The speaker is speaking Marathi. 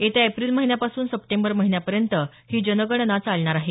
येत्या एप्रिल महिन्यापासून सप्टेंबर महिन्यापर्यंत ही जनगणना चालणार आहे